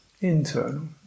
internal